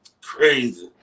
crazy